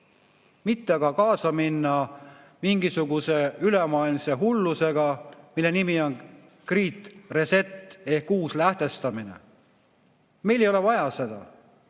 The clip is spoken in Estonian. mitte kaasa minna mingisuguse ülemaailmse hullusega, mille nimi ongreat resetehk uus lähtestamine. Meil ei ole vaja seda!